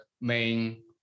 main